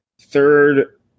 third